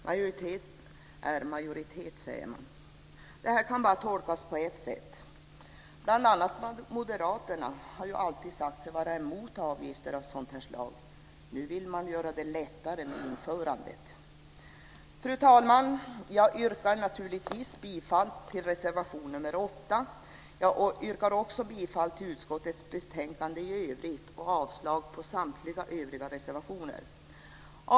Majoritet är majoritet, säger man. Detta kan bara tolkas på ett sätt. Bl.a. moderaterna har alltid sagt sig vara emot avgifter av detta slag. Nu vill man göra det lättare med införandet. Fru talman! Jag yrkar naturligtvis bifall till reservation 8. Jag yrkar också bifall till utskottets förslag i övrigt och avslag på samtliga övriga reservationer.